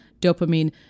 dopamine